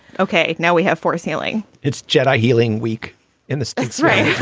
okay. now we have forced healing it's jedi healing week in the x-ray